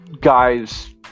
guys